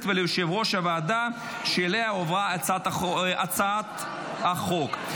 וליושב-ראש הוועדה שאליה הועברה הצעת החוק.